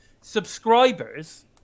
subscribers